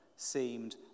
Seemed